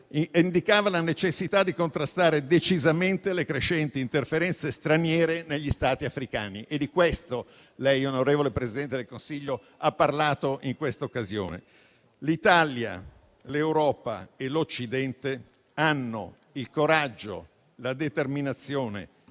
la necessità di contrastare decisamente le crescenti interferenze straniere negli Stati africani. E di questo lei, onorevole Presidente del Consiglio, ha parlato in questa occasione. L'Italia, l'Europa e l'Occidente hanno il coraggio, la determinazione